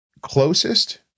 closest